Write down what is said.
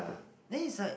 then is like